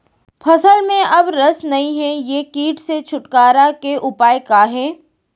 फसल में अब रस नही हे ये किट से छुटकारा के उपाय का हे?